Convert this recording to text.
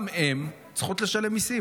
גם הן צריכות לשלם מיסים.